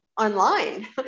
online